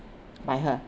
by her